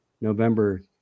November